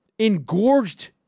engorged